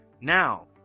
now